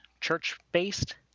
church-based